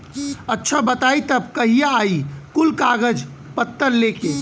अच्छा बताई तब कहिया आई कुल कागज पतर लेके?